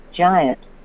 Giant